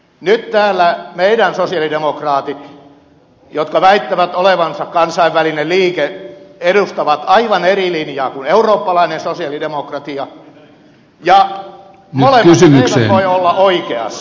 nyt täällä meidän sosialidemokraatit jotka väittävät olevansa kansainvälinen liike edustavat aivan eri linjaa kuin eurooppalainen sosialidemokratia ja molemmat eivät voi olla oikeassa